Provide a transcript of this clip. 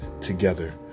together